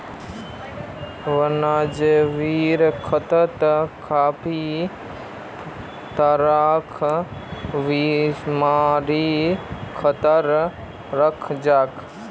वन्यजीवेर खेतत काफी तरहर बीमारिर खतरा रह छेक